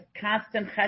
constant